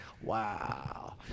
Wow